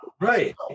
Right